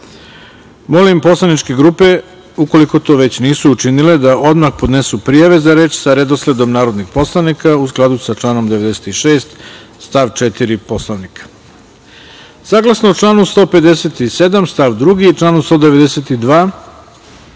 grupe. Molim poslaničke grupe ukoliko to nisu već učinile da odmah podnesu prijave za reč sa redosledom narodnih poslanik, u skladu sa članom 96. stav 4. Poslovnika. Saglasno članu 157. stav 2. i članu 192. Poslovnika,